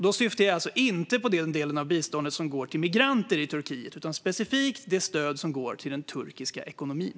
Då syftar jag alltså inte på den delen av biståndet som går till migranter i Turkiet utan specifikt det stöd som går till den turkiska ekonomin.